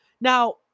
Now